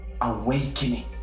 awakening